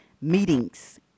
meetings